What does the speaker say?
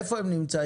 איפה הן נמצאות?